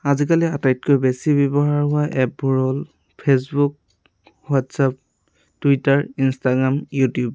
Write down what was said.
আজিকালি আটাইতকৈ বেছি ব্যৱহাৰ হোৱা এপবোৰ হ'ল Facebook WhatsApp Twitter Instagram YouTube